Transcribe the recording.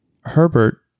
Herbert